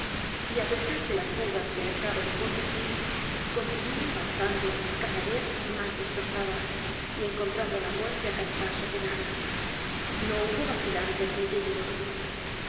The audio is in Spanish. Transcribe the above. y á pesar de la fuga que dejaba en pos de sí continuó avanzando cada vez mas destrozada y encontrando la muerte á cada paso que daba no hubo vacilantes ni tímidos